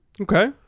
Okay